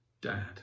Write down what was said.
Dad